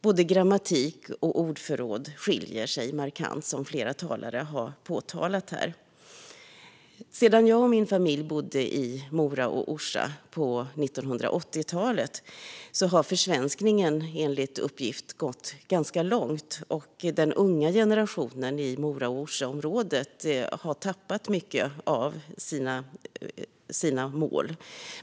Både grammatik och ordförråd skiljer sig åt markant, som flera talare har påpekat här. Sedan jag och min familj bodde i Mora och Orsa på 1980-talet har försvenskningen enligt uppgift gått ganska långt. Den unga generationen i Mora och Orsaområdet har tappat mycket av sina mål.